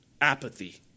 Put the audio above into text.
apathy